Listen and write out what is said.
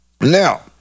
Now